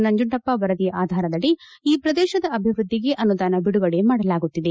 ನಂಜುಂಡಪ್ಪ ವರದಿಯ ಆಧಾರದಡಿ ಈ ಪ್ರದೇಶದ ಅಭಿವೃದ್ಧಿಗೆ ಅನುದಾನ ಬಿಡುಗಡೆ ಮಾಡಲಾಗುತ್ತಿದೆ